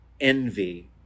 envy